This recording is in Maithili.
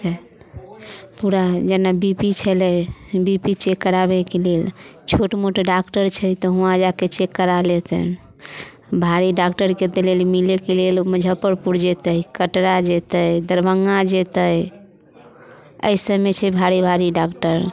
पूरा जेना बी पी छलै बी पी चेक कराबैके लेल छोट मोट डाक्टर छै तऽ वहाँ जा कऽ चेक करा लेतनि भारी डाक्टरके लेल तऽ मिलैके लेल लोक मुजफ्फरपुर जेतै कटरा जेतै दरभङ्गा जेतै एहि सभमे छै भारी भारी डाक्टर